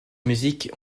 musiques